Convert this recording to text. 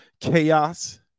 chaos